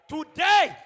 Today